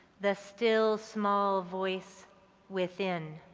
the still small voice within,